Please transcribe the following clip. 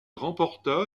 remporta